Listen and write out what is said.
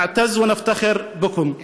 אנו גאים בכם.)